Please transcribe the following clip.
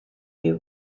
you